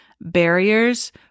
barriers